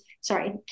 Sorry